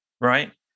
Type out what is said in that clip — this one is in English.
right